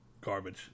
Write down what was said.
garbage